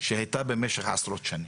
שהייתה במשך עשרות שנים.